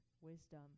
wisdom